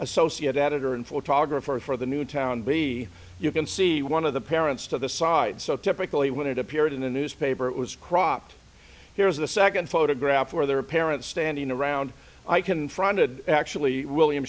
associate editor and photographer for the newtown b you can see one of the parents to the side so typically when it appeared in the newspaper it was cropped here's the second photograph where their parents standing around i confronted actually william